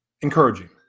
encouraging